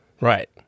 Right